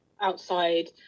outside